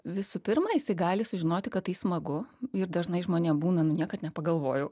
visų pirma jisai gali sužinoti kad tai smagu ir dažnai žmonėm būna nu niekad nepagalvojau